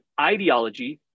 ideology